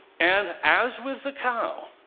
and, as with the cow,